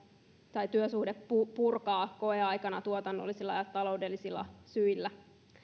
tai purkaa työsuhde koeaikana tuotannollisilla ja taloudellisia syillä